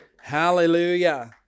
Hallelujah